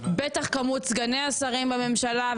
בטח את כמות סגני השרים בממשלה.